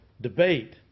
Debate